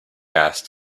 asked